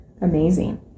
amazing